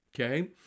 Okay